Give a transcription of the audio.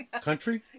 Country